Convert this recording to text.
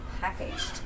packaged